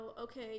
okay